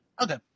Okay